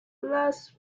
las